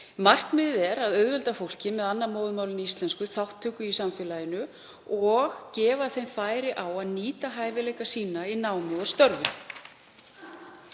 Markmiðið er að auðvelda fólki með annað móðurmál en íslensku þátttöku í samfélaginu og gefa því færi á að nýta hæfileika sína í námi og störfum.